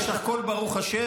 יש לך קול, ברוך השם.